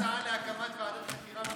אנחנו נגיש הצעה להקמת ועדת חקירה ממלכתית.